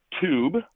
tube